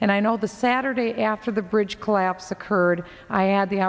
and i know the saturday after the bridge collapse occurred i had the